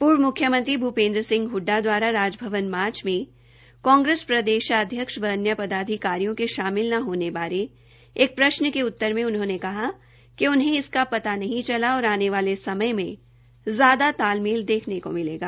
पूर्व मुख्यमंत्री भूपेन्द्र सिंह हुडडा द्वारा राजभवन मार्च में कांग्रेस प्रदेशाध्यक्ष व अन्य पदाधिकारियों के शामिल न होने बारे एक प्रश्न के उत्तर में उन्होंने कहा कि उन्हें इसका पता नहीं चला और आने वाले समय में ज्यादा तालमेल देखने को मिलेगा